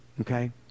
okay